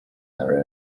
their